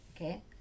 okay